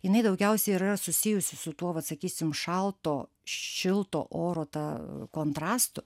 jinai daugiausia ir yra susijusi su tuo vat sakysim šalto šilto oro ta kontrastu